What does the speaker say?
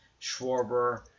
Schwarber